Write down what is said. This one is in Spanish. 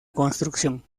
construcción